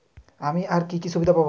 আমি আর কি কি সুবিধা পাব?